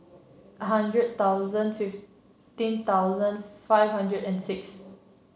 hundred thousand fifteen thousand five hundred and six